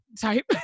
type